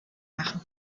machen